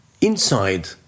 inside